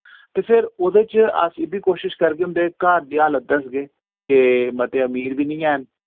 ते फिर ओह्दे च अस एह् बि कोशिश करगे उंदे घर दी हालत दसगे के मते अमीर वि नेईं हैन